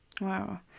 Wow